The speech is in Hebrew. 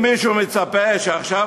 אם מישהו מצפה שעכשיו,